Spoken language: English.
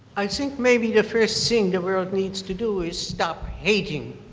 i think maybe the firs thing the world needs to do is stop hating.